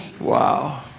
Wow